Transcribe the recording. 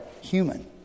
human